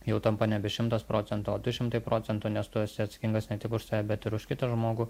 jau tampa nebe šimtas procentų o du šimtai procentų nes tu esi atsakingas ne tik už save bet ir už kitą žmogų